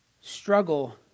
struggle